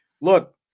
look